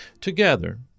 Together